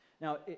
Now